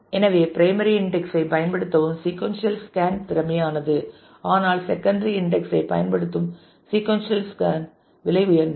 எனவே primary index ஐ பயன்படுத்தவும் சீக்கொன்சியல் ஸ்கேன் திறமையானது ஆனால் செகண்டரி இன்டெக்ஸ் ஐ பயன்படுத்தும் சீக்கொன்சியல் ஸ்கேன் விலை உயர்ந்தது